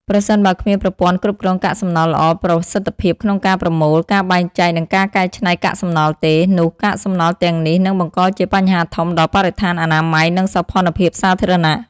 ប្រសិនបើគ្មានប្រព័ន្ធគ្រប់គ្រងកាកសំណល់ល្អ ប្រសិទ្ធភាពក្នុងការប្រមូល ការបែងចែក និងការកែច្នៃកាកសំណល់ទេ នោះកាកសំណល់ទាំងនេះនឹងបង្កជា បញ្ហាធំ ដល់បរិស្ថាន អនាម័យ និងសោភ័ណភាពសាធារណៈ។